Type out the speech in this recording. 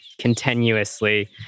continuously